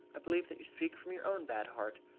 i believe that you speak from your own bad heart.